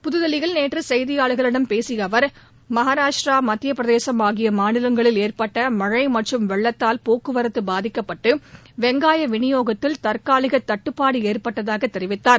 புதுதில்லியில் நேற்று செய்தியாளர்களிடம் பேசிய அவர் மகாராஷ்டிரா மத்திய பிரதேசம் ஆகிய மாநிலங்களில் ஏற்பட்ட மழை மற்றும் வெள்ளத்தால் போக்குவரத்து பாதிக்கப்பட்டு வெங்காய விநியோகத்தில் தற்காலிக தட்டுப்பாடு ஏற்பட்டதாக தெரிவித்தார்